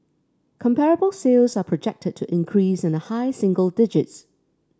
comparable sales are projected to increase in the high single digits